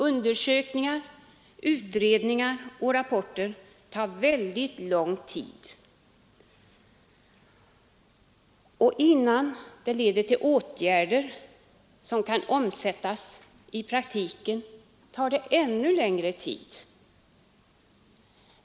Undersökningar, utredningar och rapporter tar mycket lång tid i anspråk, och det dröjer ännu längre innan de leder fram till praktiska åtgärder.